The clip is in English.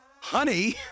honey